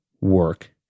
work